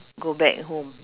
go back home